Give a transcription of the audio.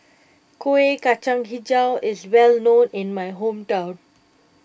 Kueh Kacang HiJau is well known in my hometown